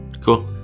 Cool